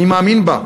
אני מאמין בה.